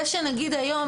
זה שנגיד היום,